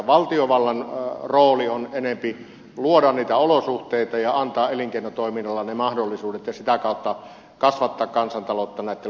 valtiovallan rooli on enempi luoda niitä olosuhteita ja antaa elinkeinotoiminnalle ne mahdollisuudet ja sitä kautta kasvattaa kansantaloutta näitten luonnonvarojen kautta